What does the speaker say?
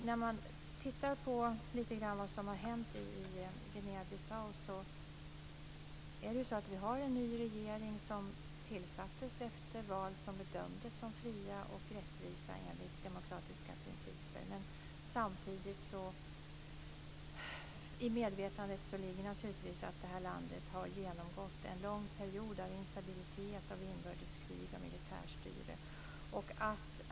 När man lite grann tittar på vad som har hänt i Guinea-Bissau så har man en ny regering som tillsattes efter val som bedömdes som fria och rättvisa enligt demokratiska principer. Men samtidigt ligger det naturligtvis i medvetandet att detta land har genomgått en lång period av instabilitet, av inbördeskrig och av militärstyre.